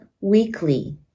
weekly